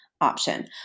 option